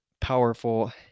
powerful